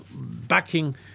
backing